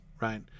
right